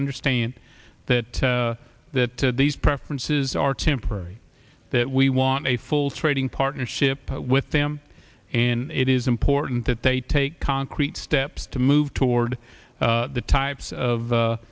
understand that that these preferences are temporary that we want a full trading partnership with them in it is important that they take concrete steps to move toward the types